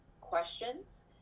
questions